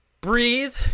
breathe